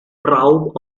proud